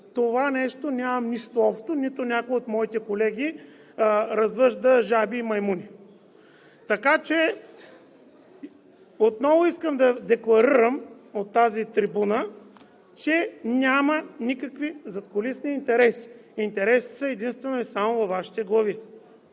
това нещо аз нямам нищо общо, нито някой от моите колеги развъжда жаби и маймуни. Така че отново искам да декларирам от тази трибуна, че няма никакви задкулисни интереси. Интересите са единствено и само във Вашите глави.